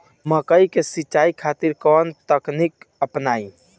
मकई के सिंचाई खातिर कवन तकनीक अपनाई?